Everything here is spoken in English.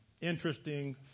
interesting